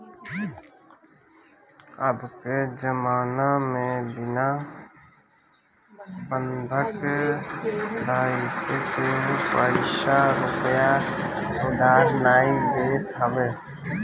अबके जमाना में बिना बंधक धइले केहू पईसा रूपया उधार नाइ देत हवे